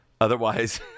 Otherwise